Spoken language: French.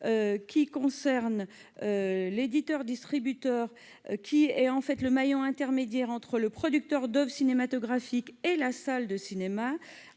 Darcos. L'éditeur-distributeur est le maillon intermédiaire entre le producteur d'oeuvres cinématographiques et la salle de cinéma,